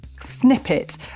snippet